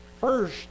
First